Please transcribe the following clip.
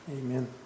amen